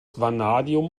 vanadium